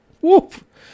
whoop